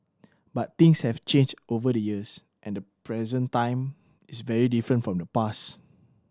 but things have changed over the years and the present time is very different from the past